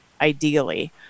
ideally